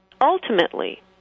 ultimately